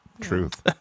truth